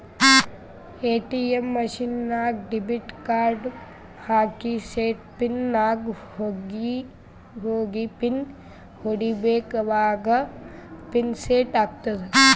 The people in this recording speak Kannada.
ಎ.ಟಿ.ಎಮ್ ಮಷಿನ್ ನಾಗ್ ಡೆಬಿಟ್ ಕಾರ್ಡ್ ಹಾಕಿ ಸೆಟ್ ಪಿನ್ ನಾಗ್ ಹೋಗಿ ಪಿನ್ ಹೊಡಿಬೇಕ ಅವಾಗ ಪಿನ್ ಸೆಟ್ ಆತ್ತುದ